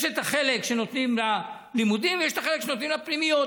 יש את החלק שנותנים ללימודים ויש את החלק שנותנים לפנימיות.